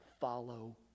follow